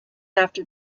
after